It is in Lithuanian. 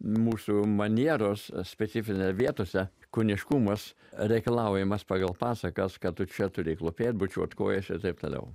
mūsų manieros specifinė vietose kūniškumas reikalaujamas pagal pasakas kad čia turi klūpėt bučiuot kojas ir taip toliau